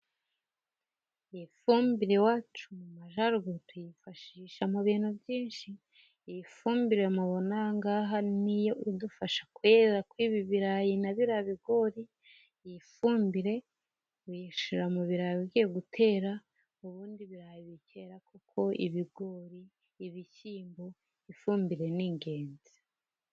Ifumbire iwacu mu Majyaruguru tuyifashisha mu bintu byinshi. Iyi fumbire mubona aha ngaha niyo idufasha kwera kwibi birayi na biriya bigori. Iyi fumbire uyishyira mu birayi ugiye gutera ubundi ibirayi bikera kuko ibigori, ibishyimbo ifumbire ni ingenzi.